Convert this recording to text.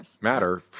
matter